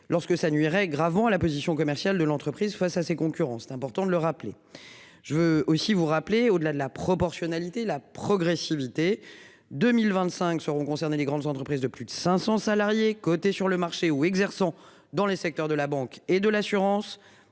Lorsque ça nuirait gravement à la position commerciale de l'entreprise face à ses concurrents. C'est important de le rappeler. Je veux aussi vous rappeler au-delà de la proportionnalité la progressivité 2025 seront concernés, les grandes entreprises de plus de 500 salariés, coté sur le marché ou exerçant dans les secteurs de la banque et de l'assurance.